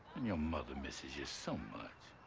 your mother misses you so much.